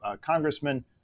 congressman